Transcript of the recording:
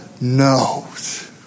knows